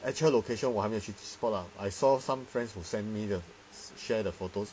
actual location 我还没有去 spot lah I saw some friends who send me the share the photos